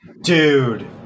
Dude